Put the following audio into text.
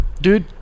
dude